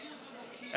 מכיר ומוקיר.